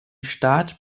staat